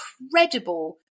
incredible